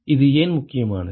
இது ஏன் முக்கியமானது